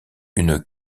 une